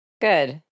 Good